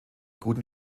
guten